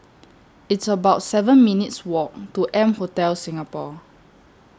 It's about seven minutes' Walk to M Hotel Singapore